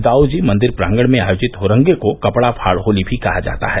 दाऊ जी मंदिर प्रांगण में आयोजित हरंगे को कपड़ा फाड़ होली भी कहा जाता है